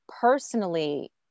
personally